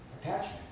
attachment